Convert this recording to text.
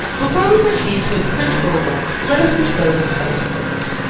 before we proceed to its principal events, let us dispose of titus oates.